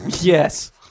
Yes